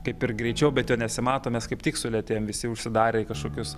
kaip ir greičiau bet jo nesimato mes kaip tik sulėtėjam visi užsidarę į kažkokius